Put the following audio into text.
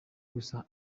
gusa